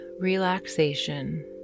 relaxation